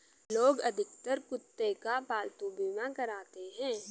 लोग अधिकतर कुत्ते का पालतू बीमा कराते हैं